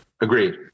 Agreed